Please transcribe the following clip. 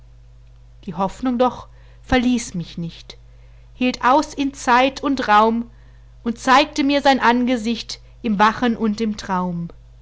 die hoffnung doch verließ mich nicht hielt aus in zeit und raum und zeigte mir sein angesicht im wachen und im traum